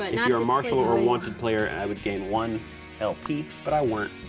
ah you're a marshal or a wanted player, i would gain one lp, but i weren't.